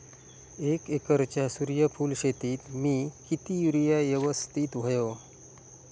एक एकरच्या सूर्यफुल शेतीत मी किती युरिया यवस्तित व्हयो?